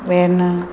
Verna